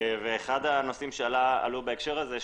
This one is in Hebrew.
אחד הנושאים שעלו בהקשר הזה,